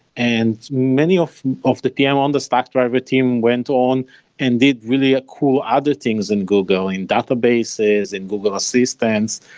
and many of of the pm on the stackdriver team went on and did really cool other things in google, in databases and google assistance.